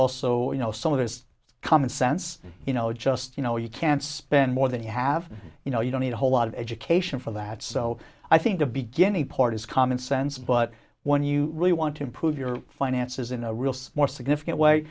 also you know some of it's common sense you know just you know you can't spend more than you have you know you don't need a whole lot of education for that so i think the beginning part is common sense but when you really want to improve your finances in a real small significant way